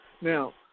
Now